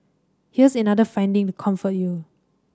here's another finding to comfort you